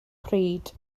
pryd